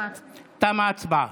תמה ההצבעה.